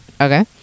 okay